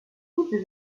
toutes